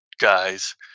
guys